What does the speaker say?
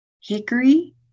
hickory